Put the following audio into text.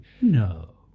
No